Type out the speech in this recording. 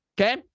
Okay